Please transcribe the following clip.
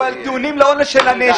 אוקיי.